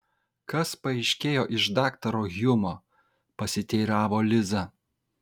kas paaiškėjo iš daktaro hjumo pasiteiravo liza